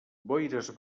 boires